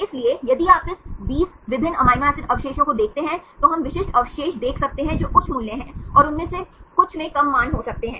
इसलिए यदि आप इस 20 विभिन्न अमीनो एसिड अवशेषों को देखते हैं तो हम विशिष्ट अवशेष देख सकते हैं जो उच्च मूल्य हैं और उनमें से कुछ में कम मान हो सकते हैं